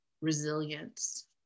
resilience